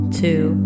two